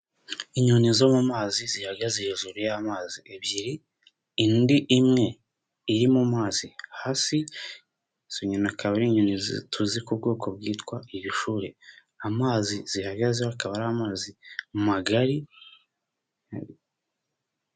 Inyoni zo mu mazi zihagaze hejuru y'amazi ebyiri indi imwe iri mu mazi hasi izo nyoni zikaba ari nyoni tuzi ku bwoko bwitwa ibishuhe amazi zihagaze akaba ari amazi magari.